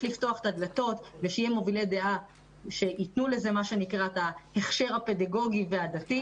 צריך לפתוח את הדלתות ושיהיו מובילי דעה שיתנו לזה הכשר פדגוגי ודתי.